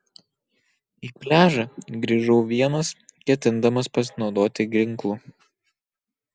į pliažą grįžau vienas ketindamas pasinaudoti ginklu